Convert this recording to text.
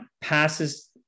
passes